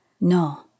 No